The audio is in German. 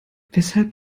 weshalb